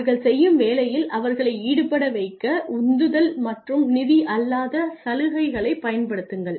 அவர்கள் செய்யும் வேலையில் அவர்களை ஈடுபட வைக்க உந்துதல் மற்றும் நிதி அல்லாத சலுகைகளைப் பயன்படுத்துங்கள்